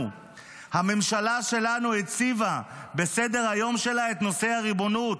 --- הממשלה שלנו הציבה בסדר-היום שלה את נושא הריבונות,